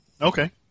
Okay